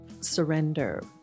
Surrender